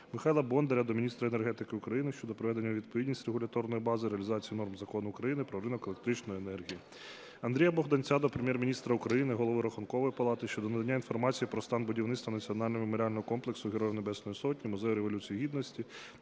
Михайла Бондаря до міністра енергетики України щодо приведення у відповідність регуляторної бази реалізації норм Закону України "Про ринок електричної енергії". Андрія Богданця до Прем'єр-міністра України, Голови Рахункової палати щодо надання інформації про стан будівництва Національного меморіального комплексу Героїв Небесної Сотні - Музею Революції гідності